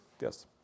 Yes